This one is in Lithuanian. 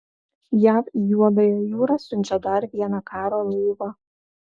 jav į juodąją jūrą siunčia dar vieną karo laivą